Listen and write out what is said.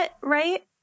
right